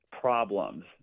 problems